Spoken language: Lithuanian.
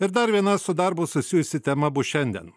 ir dar viena su darbu susijusi tema bus šiandien